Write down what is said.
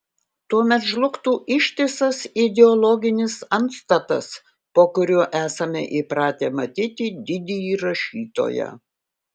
tuomet žlugtų ištisas ideologinis antstatas po kuriuo esame įpratę matyti didįjį rašytoją